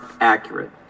accurate